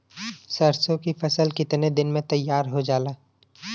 सरसों की फसल कितने दिन में तैयार हो जाला?